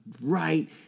right